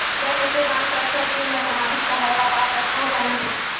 मै कइसे जान सकथव कि मैं समाजिक सहायता पा सकथव या नहीं?